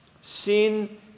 Sin